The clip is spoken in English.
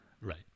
right